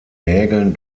nägeln